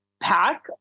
pack